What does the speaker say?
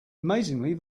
amazingly